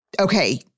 Okay